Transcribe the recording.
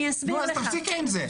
נו, אז תפסיקי עם זה.